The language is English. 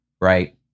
right